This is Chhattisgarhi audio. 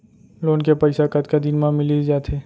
लोन के पइसा कतका दिन मा मिलिस जाथे?